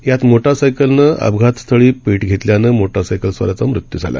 यात मोटारसायकलनं अपघातस्थळी भेट घेतल्यानं मोटरसायकलस्वाराचा मृत्यू झाला